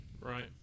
Right